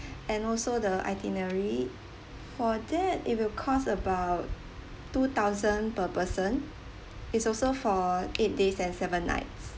and also the itinerary for that it will cost about two thousand per person it's also for eight days and seven nights